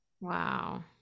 Wow